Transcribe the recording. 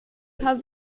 paar